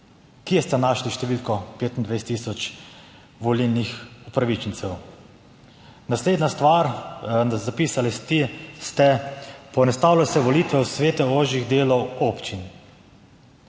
Kje ste našli številko 25 tisoč volilnih upravičencev? Naslednja stvar. Zapisali ste: poenostavlja se volitve v svete ožjih delov občin.